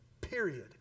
period